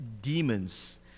demons